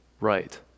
Right